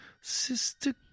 sister